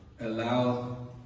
allow